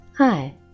Hi